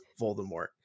Voldemort